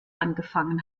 angefangen